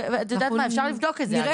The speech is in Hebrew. ואת יודעת מה, אפשר לבדוק את זה, אגב.